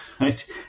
right